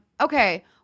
Okay